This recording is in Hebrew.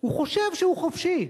הוא חושב שהוא חופשי,